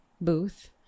Booth